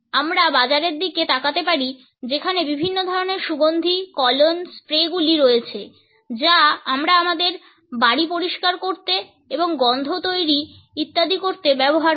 আমরা বাজারের দিকে তাকাতে পারি যেখানে বিভিন্ন ধরণের সুগন্ধি colognes স্প্রে গুলি রয়েছে যা আমরা আমাদের বাড়ি পরিষ্কার করতে এবং গন্ধ তৈরি ইত্যাদি করতে ব্যবহার করি